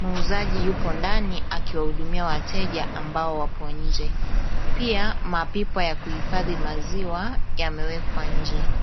Muuzaji yupo ndani akihudumia wateja ambao wapo nje. Pia mapipa ya kuhifadhi maziwa yamewekwa nje.